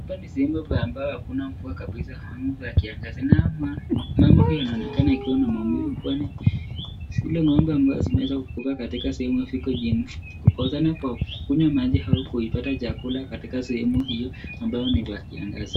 Hapa ni sehemu ambayo haina mvua kabisa ama ya kiangazi. Ng'ombe hio inaonekana kuwa na maumivu kwani zile ng'ombe ambazo zimeweza kufa katika sehemu hii ziko jini. Kotokana na kunywa maji au kupata chakula katika sehemu hio ambayo ni ya kiangazi.